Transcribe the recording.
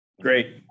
great